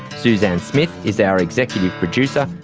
suzanne smith is our executive producer,